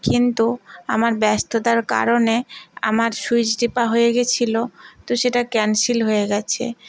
কিন্তু আমার ব্যস্ততার কারণে আমার সুইচ টেপা হয়ে গেছিল তো সেটা ক্যান্সেল হয়ে গেছে